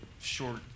short